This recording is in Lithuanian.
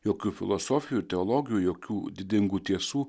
jokių filosofijų teologijų jokių didingų tiesų